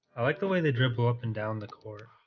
i like the way they dribble up and down the court